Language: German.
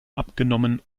abgenommen